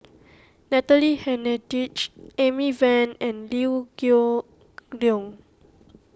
Natalie Hennedige Amy Van and Liew Geok Leong